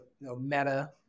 meta